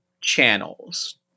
channels